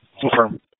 Confirm